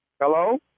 Hello